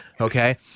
Okay